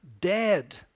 dead